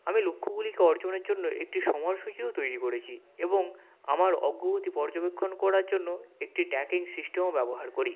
আমি লক্ষ্যগুলিকে অর্জনের জন্য একটি সময়সূচীও তৈরি করেছি এবং আমার অগ্রগতি পর্যবেক্ষণ করার জন্য একটি ট্যাকিং সিস্টেমও ব্যবহার করি